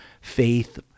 faith